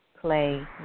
play